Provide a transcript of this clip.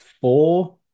four